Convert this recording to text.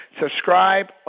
subscribe